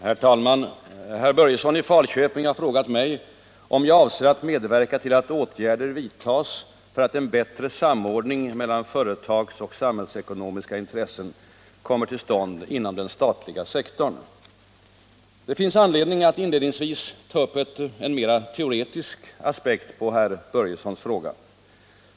Herr talman! Herr Börjesson i Falköping har frågat mig, om jag avser att medverka till att åtgärder vidtages för att en bättre samordning mellan företags och samhällsekonomiska intressen kommer till stånd inom den statliga sektorn. Det finns anledning att inledningsvis ta upp en mer teoretisk aspekt på herr Börjessons fråga.